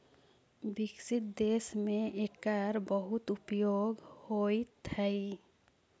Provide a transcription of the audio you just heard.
विकसित देश में एकर बहुत उपयोग होइत हई